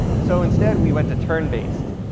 so instead, we went to turn based.